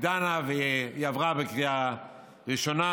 היא נדונה והיא עברה בקריאה ראשונה,